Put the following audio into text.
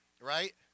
Right